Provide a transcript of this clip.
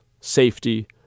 safety